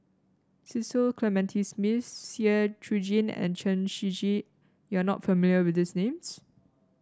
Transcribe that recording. Cecil Clementi Smith Seah Eu Chin and Chen Shiji you are not familiar with these names